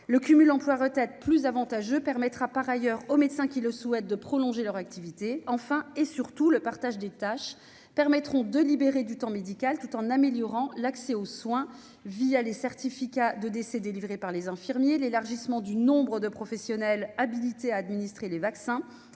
le cumul emploi-retraite plus avantageux permettra par ailleurs aux médecins qui le souhaitent de prolonger leur activité, enfin et surtout, le partage des tâches permettront de libérer du temps médical tout en améliorant l'accès aux soins via les certificats de décès délivrés par les infirmiers l'élargissement du nombre de professionnels habilités à administrer les vaccins,